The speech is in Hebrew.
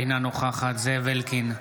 אינה נוכחת זאב אלקין,